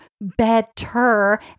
better